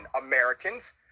Americans